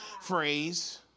phrase